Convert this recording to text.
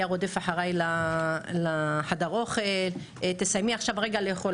היה רודף אחרי לחדר האוכל ואומר: תסיימי עכשיו לאכול.